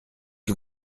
que